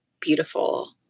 beautiful